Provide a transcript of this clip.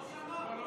לא שמע.